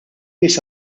nies